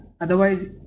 Otherwise